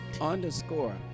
underscore